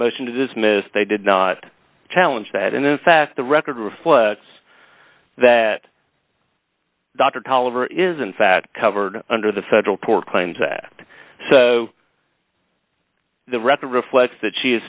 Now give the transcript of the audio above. motion to dismiss they did not challenge that and in fact the record reflects that dr colliver is in fact covered under the federal tort claims that so the record reflects that she is